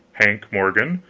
hank mor gan,